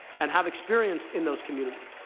and have experience in those communities,